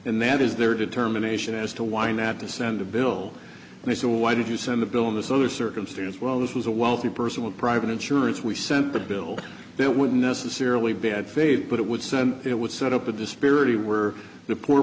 and that is their determination as to why not to send a bill and they said well why did you send the bill in this other circumstance well this was a wealthy person with private insurance we sent the bill that would necessarily bad faith but it would send it would set up a disparity where the poor